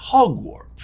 Hogwarts